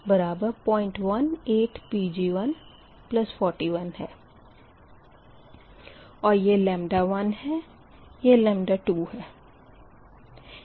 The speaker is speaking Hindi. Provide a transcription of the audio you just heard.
यह 1है और यह 2 है